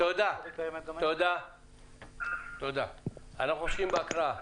אנחנו ממשיכים בהקראה.